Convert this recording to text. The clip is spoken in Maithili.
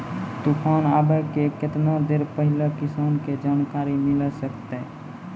तूफान आबय के केतना देर पहिले किसान के जानकारी मिले सकते?